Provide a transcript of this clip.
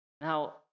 Now